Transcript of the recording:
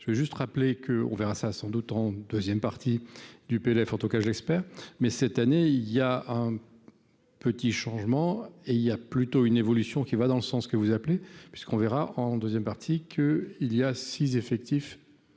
je veux juste rappeler que on verra ça a sans doute en 2ème partie du PLF en tout cas je l'espère, mais cette année, il y a un petit changement, et il y a plutôt une évolution qui va dans le sens que vous appelez puisqu'on verra en 2ème partie que il y a six effectif